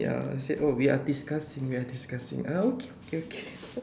ya and said oh we are discussing we are discussing ah okay okay okay